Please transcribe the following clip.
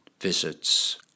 visits